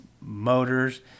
motors